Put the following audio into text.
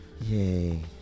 Yay